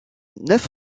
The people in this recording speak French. neuf